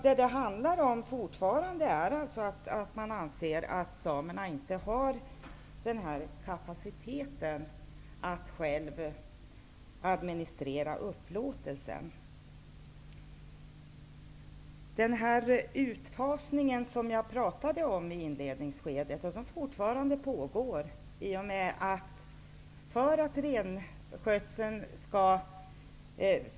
Vad det fortfarande handlar om är att man anser att samerna inte har kapaciteten att själva administrera upplåtelser. Som jag nämnde i inledningen pågår utfasning fortfarande.